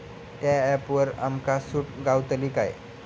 त्या ऍपवर आमका सूट गावतली काय?